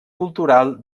cultural